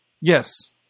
Yes